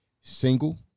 single